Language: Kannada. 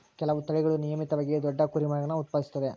ಕೆಲವು ತಳಿಗಳು ನಿಯಮಿತವಾಗಿ ದೊಡ್ಡ ಕುರಿಮರಿಗುಳ್ನ ಉತ್ಪಾದಿಸುತ್ತವೆ